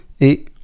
et